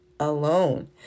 alone